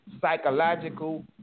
psychological